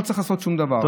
לא צריך לעשות שום דבר.